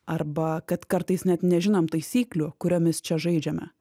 arba kad kartais net nežinom taisyklių kuriomis čia žaidžiame